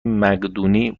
مقدونی